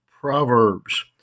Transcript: Proverbs